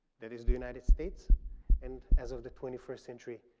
that is the united states and as of the twenty first century,